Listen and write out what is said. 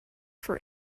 for